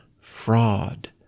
fraud